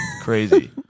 Crazy